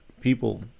people